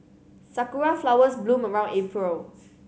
sakura flowers bloom around April